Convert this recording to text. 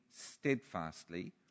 steadfastly